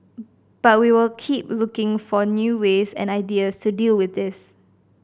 but we will keep looking for new ways and ideas to deal with this